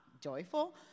joyful